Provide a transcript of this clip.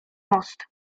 most